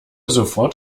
sofort